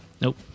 Nope